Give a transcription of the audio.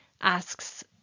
asks